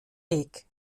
weg